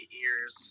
ears